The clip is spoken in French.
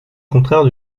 contraire